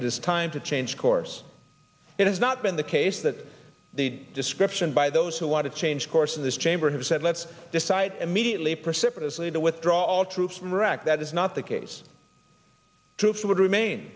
it is time to change course it has not been the case that the description by those who want to change course in this chamber who said let's decide immediately precipitous need to withdraw all troops from iraq that is not the case troops would remain